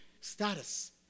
status